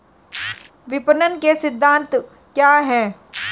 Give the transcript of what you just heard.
विपणन के सिद्धांत क्या हैं?